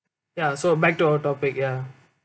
ya so back to our topic ya